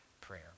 prayer